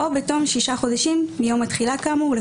או בתום שישה חודשים מיום התחילה כאמור,